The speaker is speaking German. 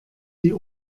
die